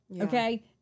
Okay